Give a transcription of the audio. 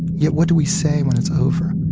yet what do we say when it's over?